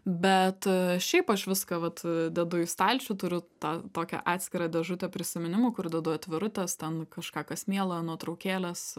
bet šiaip aš viską vat dedu į stalčių turiu tą tokią atskirą dėžutę prisiminimų kur dedu atvirutes ten kažką kas miela nuotraukėles